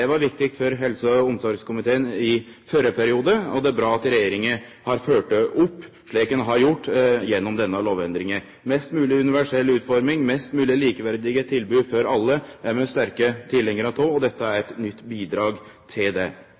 var viktig for helse- og omsorgskomiteen i førre periode, og det er bra at regjeringa har følgt det opp, slik ein har gjort gjennom denne lovendringa. Mest mogleg universell utforming, mest mogleg likeverdige tilbod til alle er vi sterke tilhengjarar av, og dette er eit nytt bidrag til det.